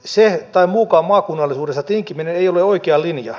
se tai muukaan maakunnallisuudesta tinkiminen ei ole oikea linja